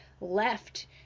left